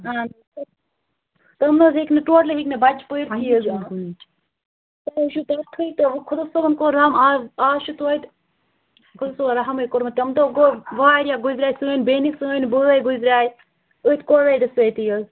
تِم نہٕ حظ ہیٚکۍ نہٕ ٹوٹلی ہیٚکۍ مےٚ بچہٕ تۄہہِ حظ چھِو پتہٕ ہٕے تہٕ وۄنۍ خۄدا صٲبَن کوٚر رَحم آز آز چھِ تویتہِ خۄدا صٲبَن رَحمٕے کوٚرمُت تَمہِ دۄہ گوٚو واریاہ گُزرے سٲنۍ بیٚنہِ سٲنۍ بٲے گُزرے أتھۍ کووِڈ سۭتی حظ